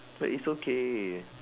but it's okay